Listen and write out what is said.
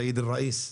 סעיד אל-ראיס,